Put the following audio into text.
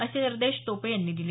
असे निर्देश टोपे यांनी दिले